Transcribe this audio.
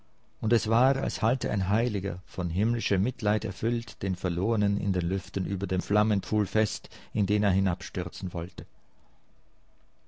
und es war als halte ein heiliger von himmlischem mitleid erfüllt den verlornen in den lüften über dem flammenpfuhl fest in den er hinabstürzen wollte